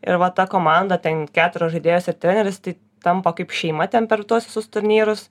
ir va ta komanda ten keturios žaidėjos ir treneris tai tampa kaip šeima ten per tuos visus turnyrus